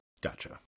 Gotcha